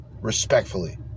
respectfully